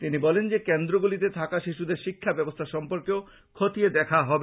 তিনি বলেন যে কেন্দ্রগুলিতে থাকা শিশুদের শিক্ষা ব্যবস্থা সম্পর্কেও খতিয়ে দেখা হবে